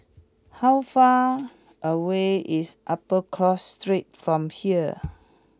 how far away is Upper Cross Street from here